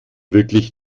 wirklich